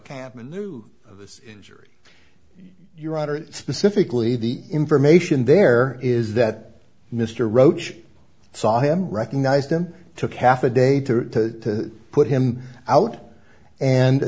kampman jury your honor specifically the information there is that mr roach saw him recognized him took half a day to put him out and